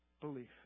belief